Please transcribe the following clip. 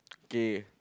okay